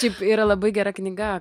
šiaip yra labai gera knyga